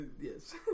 Yes